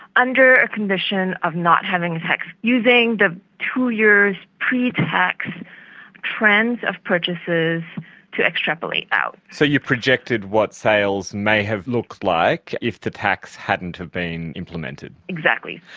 under a condition of not having a tax, using the two years pre-tax trends of purchasers to extrapolate out. so you projected what sales may have looked like if the tax hadn't have been implemented. exactly.